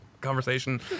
conversation